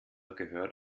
gehört